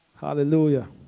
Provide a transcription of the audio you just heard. Hallelujah